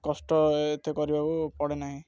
କଷ୍ଟ ଏତେ କରିବାକୁ ପଡ଼େ ନାହିଁ